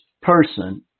person